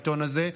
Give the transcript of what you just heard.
העיתון הזה,